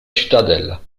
cittadella